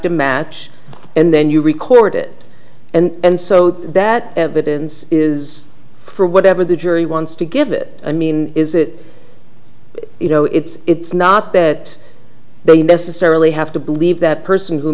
to match and then you record it and so that evidence is for whatever the jury wants to give it i mean is it you know it's not that they necessarily have to believe that person who